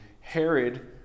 Herod